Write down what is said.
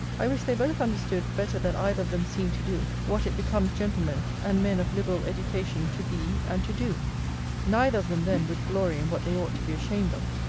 i wish they both understood, better than either of them seem to do, what it becomes gentlemen, and men of liberal education, to be, and to do neither of them, then, would glory in what they ought to be ashamed of.